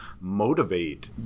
motivate